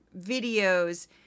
videos